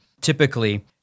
typically –